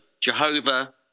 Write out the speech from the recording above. jehovah